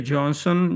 Johnson